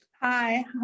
Hi